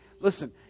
Listen